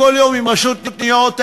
כל יום עם רשות ניירות הערך,